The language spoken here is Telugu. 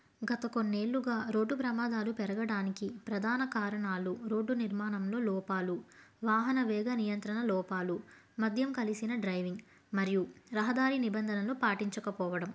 గత కొన్నేళ్ళుగా రోడ్డు ప్రమాదాలు పెరగడానికి ప్రధాన కారణాలు రోడ్డు నిర్మాణంలో లోపాలు వాహన వేగ నియంత్రణ లోపాలు మద్యం కలిసిన డ్రైవింగ్ మరియు రహదారి నిబంధనను పాటించకపోవడం